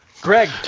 Greg